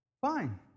fine